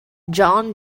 john